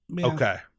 okay